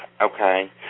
okay